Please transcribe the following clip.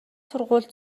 сургууль